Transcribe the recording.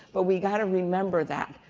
but we got to remember that.